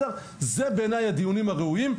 אלה הדיונים הראויים בעיניי.